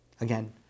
Again